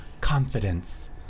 confidence